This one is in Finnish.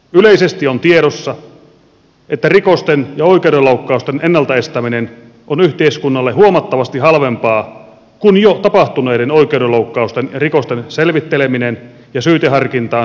yleisesti on tiedossa että rikosten ja oikeudenloukkausten ennaltaestäminen on yhteiskunnalle huomattavasti halvempaa kuin jo tapahtuneiden oikeudenloukkausten ja rikosten selvitteleminen ja syyteharkintaan saattaminen